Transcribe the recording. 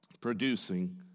producing